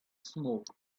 smoke